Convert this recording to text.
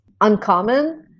uncommon